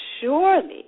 surely